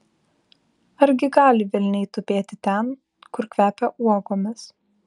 argi gali velniai tupėti ten kur kvepia uogomis